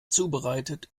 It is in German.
zubereitet